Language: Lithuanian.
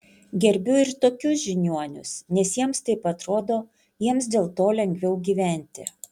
gerbiu ir tokius žiniuonius nes jiems taip atrodo jiems dėl to lengviau gyventi